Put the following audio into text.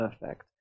perfect